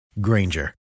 Granger